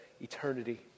Eternity